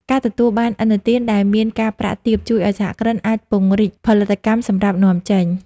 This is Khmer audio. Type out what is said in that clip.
ការទទួលបានឥណទានដែលមានការប្រាក់ទាប ជួយឱ្យសហគ្រិនអាចពង្រីកផលិតកម្មសម្រាប់នាំចេញ។